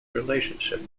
relationship